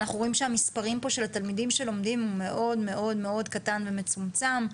אנחנו רואים שהמספרים פה של התלמידים שלומדים הוא מאוד קטן ומצומצם.